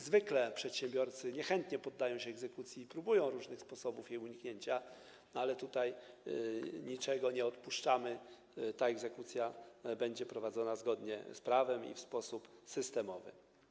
Zwykle przedsiębiorcy niechętnie poddają się egzekucji i próbują różnych sposobów jej uniknięcia, ale tutaj niczego nie odpuszczamy, więc ta egzekucja będzie prowadzona zgodnie z prawem i w sposób systemowy.